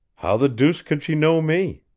how the deuce could she know me?